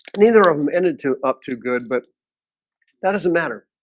neither of them ended to up too good but that doesn't matter.